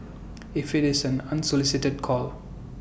if IT is an unsolicited call